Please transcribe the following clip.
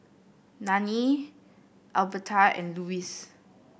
Nanie Alberta and Louis